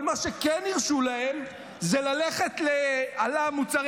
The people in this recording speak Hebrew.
אבל מה שכן הרשו להם זה ללכת לא.ל.מ מוצרי